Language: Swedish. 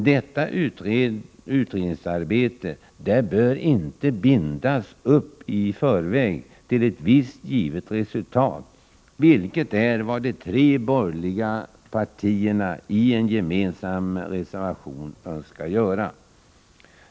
Detta utredningsarbete bör inte bindas upp i förväg till ett visst givet resultat, vilket är vad de tre borgerliga partierna i en gemensam reservation önskar göra.